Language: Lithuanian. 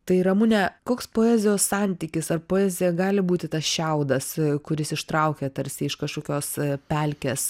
tai ramune koks poezijos santykis ar poezija gali būti tas šiaudas kuris ištraukia tarsi iš kažkokios pelkės